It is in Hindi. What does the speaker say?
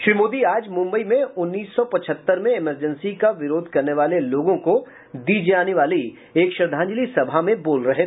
श्री मोदी आज मुम्बई में उन्नीस सौ पचहत्तर में एमरजेंसी का विरोध करने वाले लोगों को दी जाने वाली एक श्रद्वांजलि सभा में बोल रहे थे